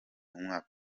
umwaka